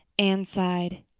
anne sighed.